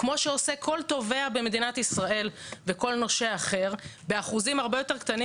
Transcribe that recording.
כמו שעושה כל תובע במדינת ישראל וכל נושה אחר באחוזים הרבה יותר קטנים